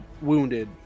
wounded